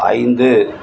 ஐந்து